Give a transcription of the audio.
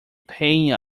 paying